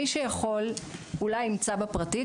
מי שיכול אולי ימצא בפרטי,